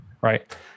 right